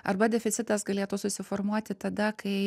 arba deficitas galėtų susiformuoti tada kai